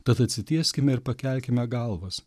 tad atsitieskime ir pakelkime galvas